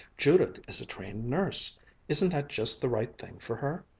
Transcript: judith is a trained nurse isn't that just the right thing for her?